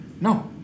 No